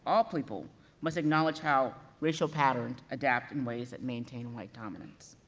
um people must acknowledge how racial patterns adapt in ways that maintain white dominance.